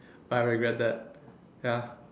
I regretted ya